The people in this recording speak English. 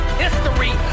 history